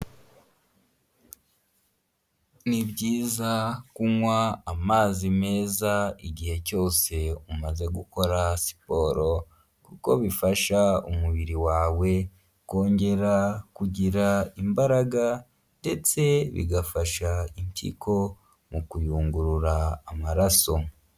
Ni byiza kunywa amazi meza igihe cyose umaze gukora siporo, kuko bifasha umubiri wawe kongera kugira imbaraga ndetse bigafasha impyiko mu kuyungurura amaraso.